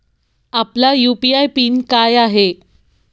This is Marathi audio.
आपला यू.पी.आय पिन काय आहे?